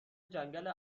جنگل